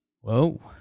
Whoa